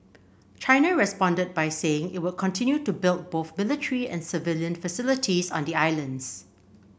China responded by saying it would continue to build both military and civilian facilities on the islands